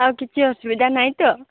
ଆଉ କିଛି ଅସୁବିଧା ନାହିଁ ତ